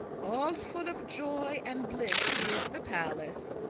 all full of joy and bliss is the palace,